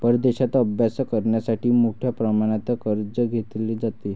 परदेशात अभ्यास करण्यासाठी मोठ्या प्रमाणात कर्ज घेतले जाते